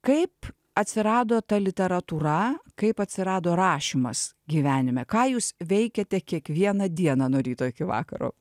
kaip atsirado ta literatūra kaip atsirado rašymas gyvenime ką jūs veikiate kiekvieną dieną nuo ryto iki vakaro